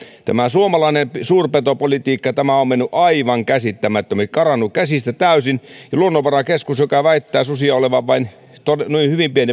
suomalainen suurpetopolitiikka on mennyt aivan käsittämättömäksi karannut käsistä täysin ja luonnonvarakeskuksen viimeinen kanta arvio väittää susia olevan vain hyvin pieni